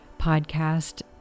podcast